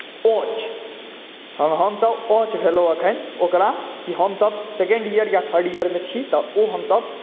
coach आ हमसभ coach भेलहुँ एखन ओकरा कि हमसभ सेकंड ईयर या थर्ड ईयरमे छी तऽ ओ हमसभ